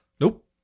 Nope